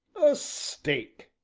a steak!